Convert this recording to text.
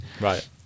Right